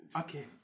Okay